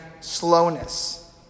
slowness